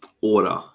order